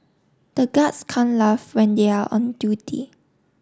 the guards can't laugh when they are on duty